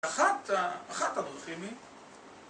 אחת הדרכים היא...